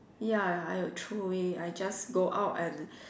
ya I I throw away I just go out and